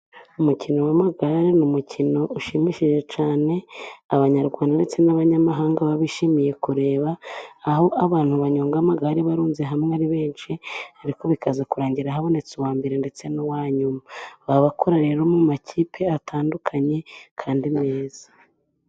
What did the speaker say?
Umukino w'amagare ni umukino ushimishije cyane, Abanyarwanda ndetse n'abanyamahanga baba bishimiye kureba, aho abantu banyonga amagare barunze hamwe ari benshi, ariko bikaza kurangira habonetse uwa mbere ndetse n'uwayuma. Baba bakora rero mu makipe atandukanye, kandi meza.